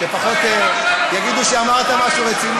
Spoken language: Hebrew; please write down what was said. הוא יושב שם גם לא במקום שלו.